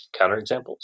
counterexamples